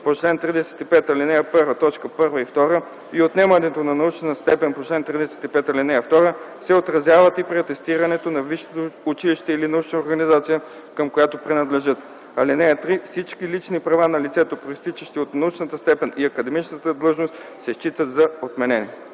точки 1 и 2 и отнемането на научна степен по чл. 35, ал. 2 се отразяват и при атестирането на висшето училище или научна организация, към която принадлежат. (3) Всички лични права на лицето, произтичащи от научната степен и академичната длъжност, се считат за отменени.”